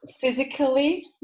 physically